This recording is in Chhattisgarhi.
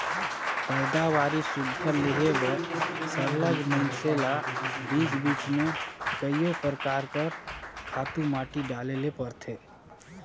पएदावारी सुग्घर लेहे बर सरलग मइनसे ल बीच बीच में कइयो परकार कर खातू माटी डाले ले परथे